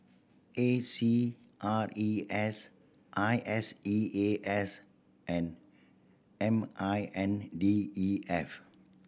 A C R E S I S E A S and M I N D E F